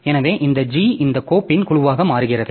எனவே இந்த G இந்த கோப்பின் குழுவாக மாறுகிறது